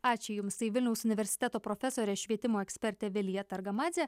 ačiū jums tai vilniaus universiteto profesorė švietimo ekspertė vilija targamadzė